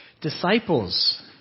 Disciples